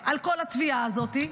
על כל התביעה הזאת,